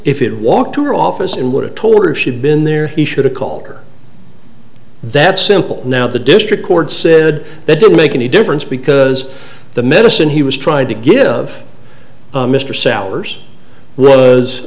if you'd walk to her office in would have told her if she'd been there he should have called her that simple now the district court said that didn't make any difference because the medicine he was trying to give mr souers was